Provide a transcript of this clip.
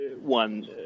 one